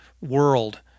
world